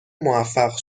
موفق